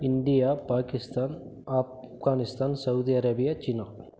India Pakistan Afghanistan Saudi Arabia China